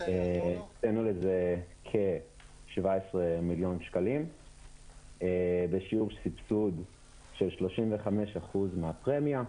הקצינו לזה כ-17 מיליון שקלים ושיעור סבסוד של 35% מהפרמיה.